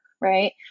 right